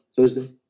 Thursday